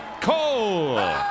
Cole